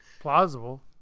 Plausible